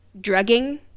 drugging